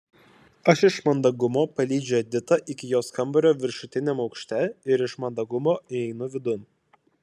aš iš mandagumo palydžiu editą iki jos kambario viršutiniame aukšte ir iš mandagumo įeinu vidun